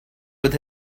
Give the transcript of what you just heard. with